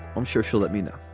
i'm sure she'll let me know.